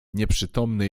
nieprzytomny